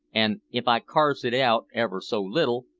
an' if i carves it out ever so little,